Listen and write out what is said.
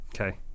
Okay